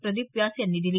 प्रदीप व्यास यांनी दिली